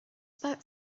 about